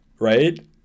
right